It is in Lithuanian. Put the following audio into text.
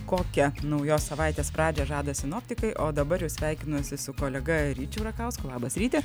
kokią naujos savaitės pradžią žada sinoptikai o dabar jau sveikinuosi su kolega ryčiu rakausku labas ryti